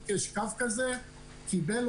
חושב שנגרם לו מזה נזק או לא היה צריך להיחסם יכול